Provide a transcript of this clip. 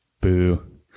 Boo